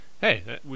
Hey